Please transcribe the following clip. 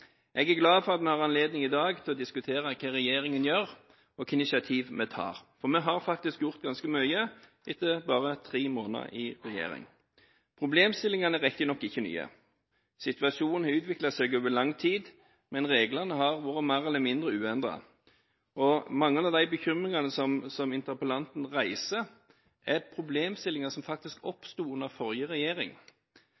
Jeg er glad for at vi har anledning i dag til å diskutere hva regjeringen gjør, og hvilke initiativ vi tar, for vi har faktisk gjort ganske mye etter bare tre måneder i regjering. Problemstillingene er riktignok ikke nye. Situasjonen har utviklet seg over lang tid, men reglene har vært mer eller mindre uendret. Mange av de bekymringene som interpellanten reiser, er problemstillinger som faktisk